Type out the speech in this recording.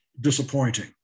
disappointing